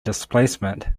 displacement